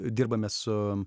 dirbame su